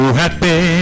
happy